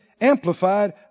Amplified